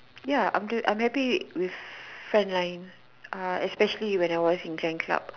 ya I'm happy with front line especially when I was in Jane club